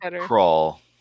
crawl